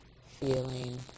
feeling